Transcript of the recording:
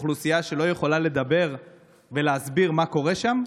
אוכלוסייה שלא יכולה לדבר ולהסביר מה קורה שם.